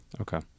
Okay